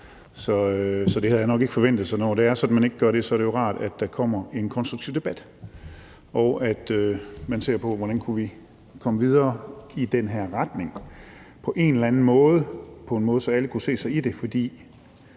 Så det havde jeg nok ikke forventet. Når det er sådan, at man ikke gør det, er det jo rart, at der kommer en konstruktiv debat, og at man ser på, hvordan vi kunne komme videre i den her retning på en eller anden måde – på en måde, så alle kunne se sig i det.